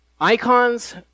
Icons